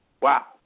Wow